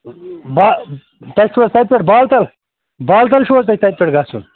با تۄہہِ چھُو حظ تَتہِ پٮ۪ٹھ بالتَل بالتَل چھُو حظ تۄہہِ تَتہِ پٮ۪ٹھ گژھُن